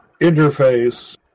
interface